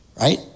right